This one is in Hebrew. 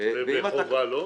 בחובה לא?